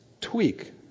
tweak